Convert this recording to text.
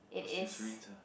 what's eucerin sia